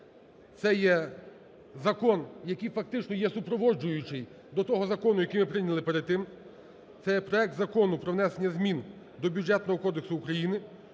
це є закон, який фактично є супроводжуючий до того закону, який який ми прийняли перед тим це є проект Закону про внесення змін до Бюджетного кодексу України